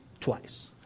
twice